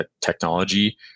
technology